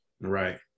right